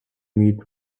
meet